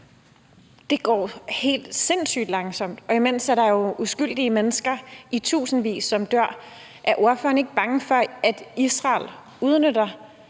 Det går helt sindssygt langsomt, og imens er der uskyldige mennesker i tusindvis, som dør. Er ordføreren ikke bange for, at Israel udnytter